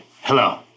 Hello